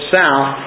south